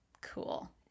Cool